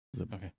Okay